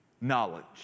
knowledge